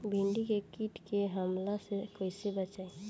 भींडी के कीट के हमला से कइसे बचाई?